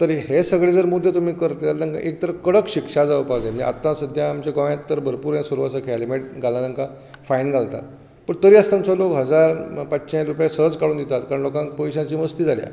तर हें सगळे जर मुद्दे तुमी करतले जाल्यार तांकां एक तर कडक शिक्षा जावपाक जाय जें आतां सद्द्या आमच्या गोंयांत तर भरपूर हें सुरू आसा जर हॅल्मेट घालना जाल्यार फायन घालतात पूण तरी आसतना सुद्दा लोक हजार पांचशे रूपया सहज काडून दितात कारण लोकांक पयशे अशे मस्ती जाल्यात